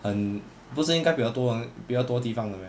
很不是应该比较多比较多地方的 meh